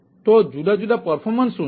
તો જુદા જુદા પર્ફોમન્સ શું છે